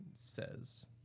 says